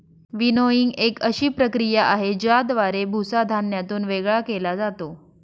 winnowing एक अशी प्रक्रिया आहे, ज्याद्वारे भुसा धान्यातून वेगळा केला जातो